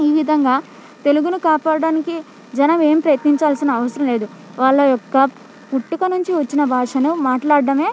ఈ విధంగా తెలుగును కాపాడడానికి జనం ఏం ప్రయత్నించాల్సిన అవసరం లేదు వాళ్ళ యొక్క పుట్టుకనుంచి వచ్చిన భాషను మాట్లాడడమే